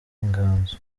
inganzo